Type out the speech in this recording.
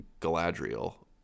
Galadriel